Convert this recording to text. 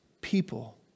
people